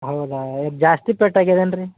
ಹೌದಾ ಜಾಸ್ತಿ ಪೆಟ್ಟು ಆಗೇದೇನು ರೀ